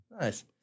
Nice